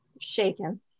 Shaken